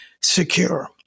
secure